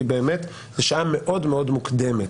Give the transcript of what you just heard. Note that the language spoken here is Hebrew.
באמת, זאת שעה מאוד מאוד מוקדמת,